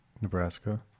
Nebraska